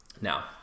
now